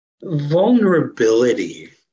vulnerability